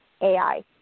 AI